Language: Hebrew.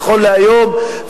נכון להיום,